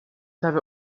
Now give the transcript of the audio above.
habe